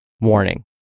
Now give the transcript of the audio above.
Warning